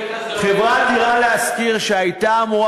חברת "דירה להשכיר", שהייתה אמורה